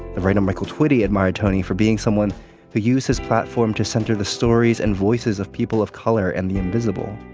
the writer michael twitty admired tony for being someone who used his platform to center the stories and voices of people of color and the invisible.